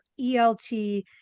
elt